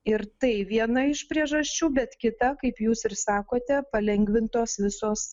ir tai viena iš priežasčių bet kita kaip jūs ir sakote palengvintos visos